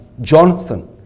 Jonathan